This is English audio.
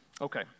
Okay